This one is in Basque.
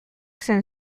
zen